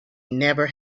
never